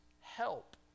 help